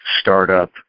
startup